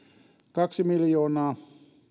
kaksi miljoonaa